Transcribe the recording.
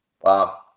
wow